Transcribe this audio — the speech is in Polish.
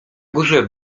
górze